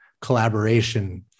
collaboration